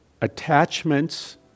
Attachments